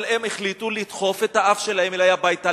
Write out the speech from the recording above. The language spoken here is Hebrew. אבל הם החליטו לדחוף את האף שלהם אלי הביתה,